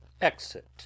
Exit